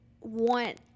want